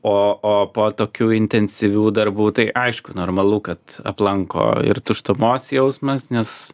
o o po tokių intensyvių darbų tai aišku normalu kad aplanko ir tuštumos jausmas nes